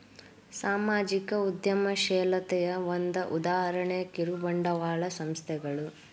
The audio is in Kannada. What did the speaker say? ಸಾಮಾಜಿಕ ಉದ್ಯಮಶೇಲತೆಯ ಒಂದ ಉದಾಹರಣೆ ಕಿರುಬಂಡವಾಳ ಸಂಸ್ಥೆಗಳು